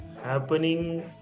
happening